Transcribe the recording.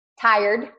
tired